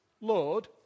Lord